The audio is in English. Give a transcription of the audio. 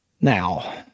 Now